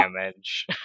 damage